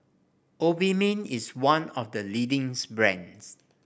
Obimin is one of the leading's brands